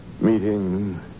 Meeting